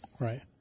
Right